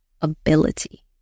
ability